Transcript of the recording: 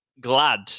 glad